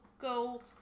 go